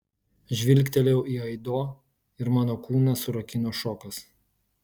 žvilgtelėjau į aido ir mano kūną surakino šokas